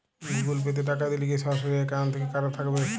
Google Pay তে টাকা দিলে কি সরাসরি অ্যাকাউন্ট থেকে টাকা কাটাবে?